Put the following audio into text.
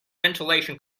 ventilation